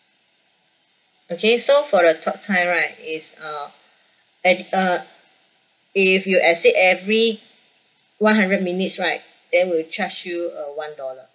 okay so for the talk time right is uh at uh if you exceed every one hundred minutes right then we'll charge you uh one dollar